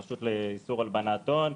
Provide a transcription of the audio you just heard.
הרשות לאיסור הלבנת הון,